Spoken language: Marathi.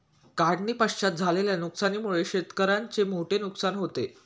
काढणीपश्चात झालेल्या नुकसानीमुळे शेतकऱ्याचे मोठे नुकसान होते